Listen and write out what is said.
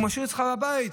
והוא משאיר אצלך בבית,